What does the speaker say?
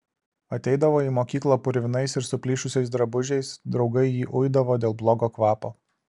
ateidavo į mokyklą purvinais ir suplyšusiais drabužiais draugai jį uidavo dėl blogo kvapo